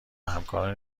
همکاران